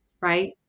right